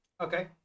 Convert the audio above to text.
Okay